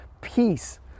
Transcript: peace